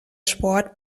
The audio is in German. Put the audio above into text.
sport